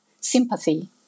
sympathy